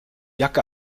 jacke